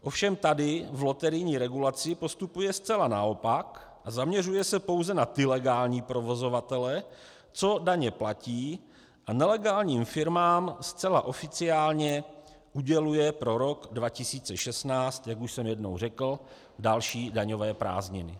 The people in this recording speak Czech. Ovšem tady v loterijní regulaci postupuje zcela naopak a zaměřuje se pouze na ty legální provozovatele, co daně platí, a nelegálním firmám zcela oficiálně uděluje pro rok 2016, jak už jsem jednou řekl, další daňové prázdniny.